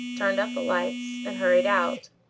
turned out the lights and hurried out.